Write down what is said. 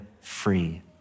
free